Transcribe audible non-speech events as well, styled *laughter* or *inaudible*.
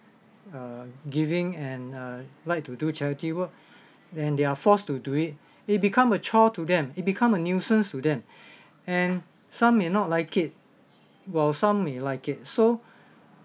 uh giving and uh like to do charity work *breath* and they're forced to do it it become a chore to them it become a nuisance to them *breath* and some may not like it while some may like it so *breath*